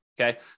okay